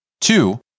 Two